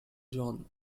john